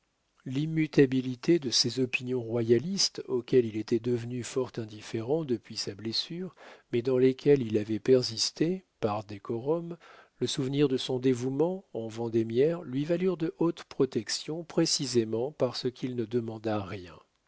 l'immutabilité de ses opinions royalistes auxquelles il était devenu fort indifférent depuis sa blessure mais dans lesquelles il avait persisté par décorum le souvenir de son dévouement en vendémiaire lui valurent de hautes protections précisément parce qu'il ne demanda rien